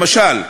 למשל,